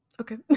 Okay